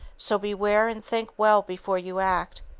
so beware and think well before you act.